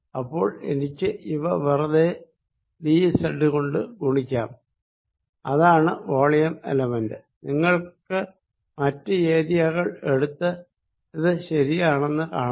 അപ്പോൾ എനിക്ക് ഇവ വെറുതെ ഡി സെഡ് കൊണ്ട് ഗുണിക്കാം അതാണ് വോളിയം എലമെന്റ് നിങ്ങൾക്ക് മറ്റു ഏരിയ കൾ എടുത്ത് ഇത് ശരിയാണെന്ന് കാണാം